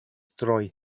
droi